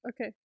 Okay